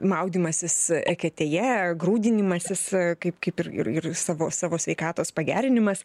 maudymasis eketėje grūdinimasis kaip kaip ir ir savo savo sveikatos pagerinimas